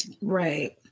right